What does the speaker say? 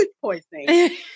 poisoning